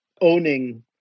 owning